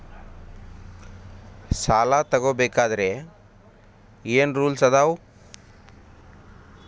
ಸಾಲ ತಗೋ ಬೇಕಾದ್ರೆ ಏನ್ ರೂಲ್ಸ್ ಅದಾವ?